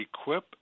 equip